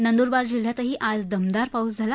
नंदुरबार जिल्ह्यातही आज दमदार पाऊस झाला